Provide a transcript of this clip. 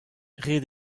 ret